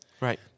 right